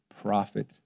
prophet